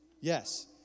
Yes